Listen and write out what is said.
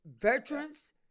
veterans